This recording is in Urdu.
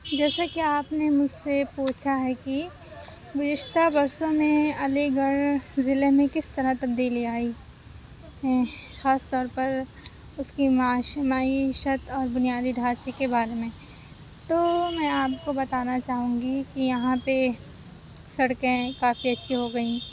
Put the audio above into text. جیسا کہ آپ نے مجھ سے پوچھا ہے کہ گُذشتہ برسوں میں علی گڑھ ضلعے میں کس طرح تبدیلی آئی خاص طور پر اُس کی معاشی معیشت اور بُنیادی ڈھانچے کے بارے میں تو میں آپ کو بتانا چاہوں گی کہ یہاں پہ سڑکیں کافی اچھی ہو گئیں